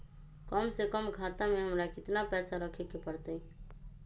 कम से कम खाता में हमरा कितना पैसा रखे के परतई?